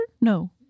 No